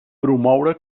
promoure